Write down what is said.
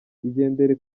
igendere